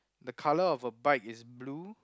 the colour of her bike is blue